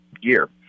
year